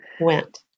went